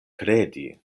kredi